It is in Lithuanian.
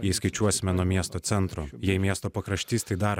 jei skaičiuosime nuo miesto centro jei miesto pakraštys tai dar